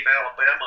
Alabama